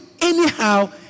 anyhow